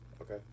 okay